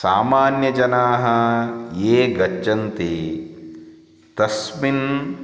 सामान्यजनाः ये गच्छन्ति तस्मिन्